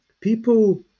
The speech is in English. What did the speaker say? people